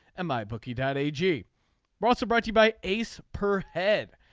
in my book he died agee brought sobriety by ace per head.